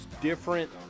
different